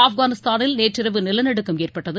ஆப்கானிஸ்தானில் நேற்றிரவு நிலநடுக்கம் ஏற்பட்டது